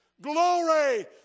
glory